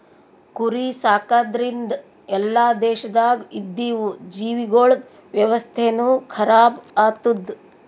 ಕುರಿ ಸಾಕದ್ರಿಂದ್ ಎಲ್ಲಾ ದೇಶದಾಗ್ ಇದ್ದಿವು ಜೀವಿಗೊಳ್ದ ವ್ಯವಸ್ಥೆನು ಖರಾಬ್ ಆತ್ತುದ್